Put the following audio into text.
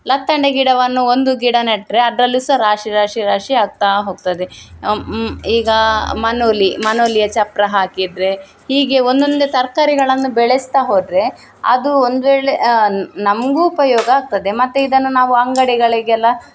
ಲತ್ತಂಡೆ ಗಿಡವನ್ನು ಒಂದು ಗಿಡ ನೆಟ್ಟರೆ ಅದರಲ್ಲೂ ಸಹ ರಾಶಿ ರಾಶಿ ರಾಶಿ ಆಗ್ತಾ ಹೋಗ್ತದೆ ಈಗ ಮನೊಲಿ ಮನೊಲಿಯ ಚಪ್ಪರ ಹಾಕಿದರೆ ಹೀಗೆ ಒಂದೊಂದೇ ತರಕಾರಿಗಳನ್ನು ಬೆಳೆಸ್ತ ಹೋದರೆ ಅದು ಒಂದು ವೇಳೆ ನಮಗೂ ಉಪಯೋಗ ಆಗ್ತದೆ ಮತ್ತು ಇದನ್ನು ನಾವು ಅಂಗಡಿಗಳಿಗೆಲ್ಲ